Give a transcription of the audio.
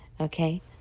Okay